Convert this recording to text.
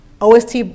OST